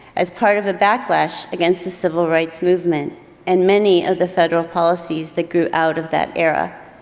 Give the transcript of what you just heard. as part of a backlash against the civil rights movement and many of the federal policies that grew out of that era,